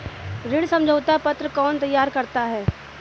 ऋण समझौता पत्र कौन तैयार करता है?